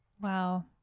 Wow